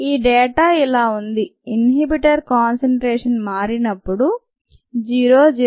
ఈ డేటా ఇలా ఉంది ఇన్హిబిటర్ కాన్సంట్రేషన్ మారినప్పుడు 0 0